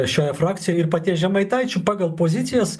šioje frakcijoj ir paties žemaitaičio pagal pozicijas